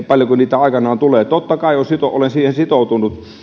paljonko niitä aikanaan tulee niin totta kai olen sitoutunut